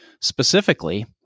Specifically